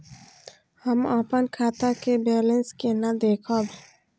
हम अपन खाता के बैलेंस केना देखब?